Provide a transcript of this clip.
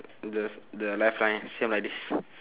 the the life line same like this